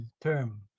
term